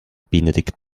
benedikt